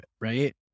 Right